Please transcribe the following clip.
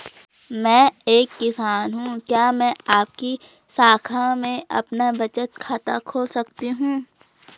मैं एक किसान हूँ क्या मैं आपकी शाखा में अपना बचत खाता खोल सकती हूँ?